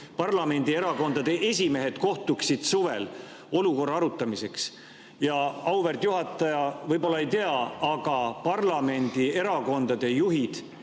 parlamendierakondade esimehed kohtuksid suvel olukorra arutamiseks. Auväärt juhataja võib-olla ei tea, aga parlamendierakondade juhid